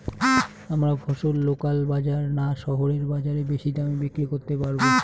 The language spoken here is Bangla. আমরা ফসল লোকাল বাজার না শহরের বাজারে বেশি দামে বিক্রি করতে পারবো?